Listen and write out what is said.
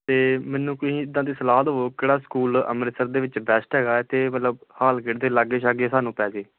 ਅਤੇ ਮੈਨੂੰ ਕੋਈ ਇੱਦਾਂ ਦੀ ਸਲਾਹ ਦੇਵੋ ਕਿਹੜਾ ਸਕੂਲ ਅੰਮ੍ਰਿਤਸਰ ਦੇ ਵਿੱਚ ਬੈਸਟ ਹੈਗਾ ਅਤੇ ਮਤਲਬ ਹਾਲ ਗੇਟ ਦੇ ਲਾਗੇ ਛਾਗੇ ਸਾਨੂੰ ਪੈ ਜੇ